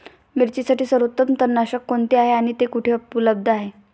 मिरचीसाठी सर्वोत्तम तणनाशक कोणते आहे आणि ते कुठे उपलब्ध आहे?